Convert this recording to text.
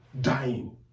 Dying